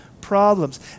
problems